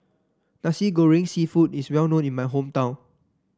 Nasi Goreng seafood is well known in my hometown